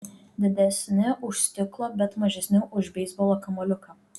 didesni už stiklo bet mažesni už beisbolo kamuoliuką